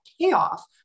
payoff